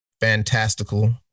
fantastical